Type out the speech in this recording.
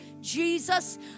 Jesus